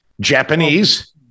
Japanese